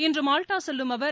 இன்று மால்டா செல்லும் அவர்